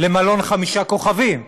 למלון חמישה כוכבים.